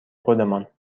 خودمان